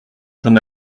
j’en